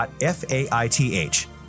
.f-a-i-t-h